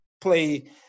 play